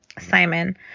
Simon